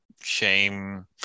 shame